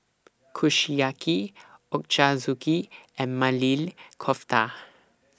Kushiyaki Ochazuke and Maili Kofta